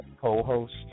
Co-host